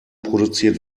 produziert